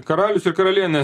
karalius ir karalienė